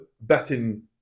betting